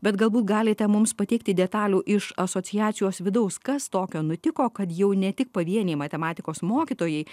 bet galbūt galite mums pateikti detalių iš asociacijos vidaus kas tokio nutiko kad jau ne tik pavieniai matematikos mokytojai